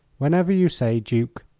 whenever you say, duke.